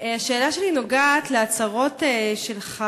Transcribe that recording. השאלה שלי נוגעת להצהרות שלך.